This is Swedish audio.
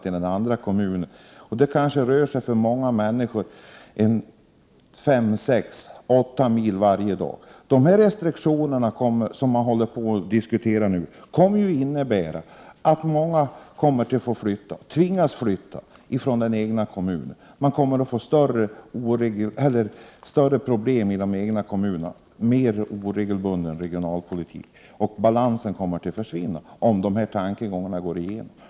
För många människor kan det röra sig om 5—8 mil per dag. De åtgärder som nu diskuteras kommer att innebära att många människor tvingas flytta från den egna kommunen. Kommunerna kommer att få större problem och en oregelbunden regionalpolitik, och balansen kommer att försämras.